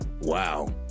Wow